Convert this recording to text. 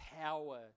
power